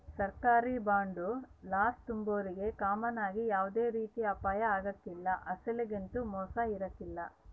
ಸರ್ಕಾರಿ ಬಾಂಡುಲಾಸು ತಾಂಬೋರಿಗೆ ಕಾಮನ್ ಆಗಿ ಯಾವ್ದೇ ರೀತಿ ಅಪಾಯ ಆಗ್ಕಲ್ಲ, ಅಸಲೊಗಂತೂ ಮೋಸ ಇರಕಲ್ಲ